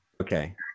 Okay